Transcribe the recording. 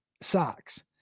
socks